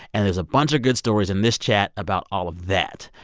and there's a bunch of good stories in this chat about all of that.